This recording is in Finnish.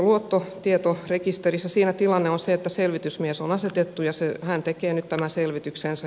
siinä tilanne on se että selvitysmies on asetettu ja hän tekee nyt tämän selvityksensä